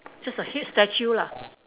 just a head statue lah